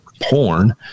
porn